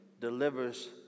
delivers